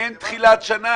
אין תחילת שנה.